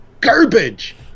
garbage